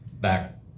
back